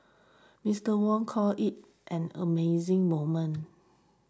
Mister Wong called it an amazing moment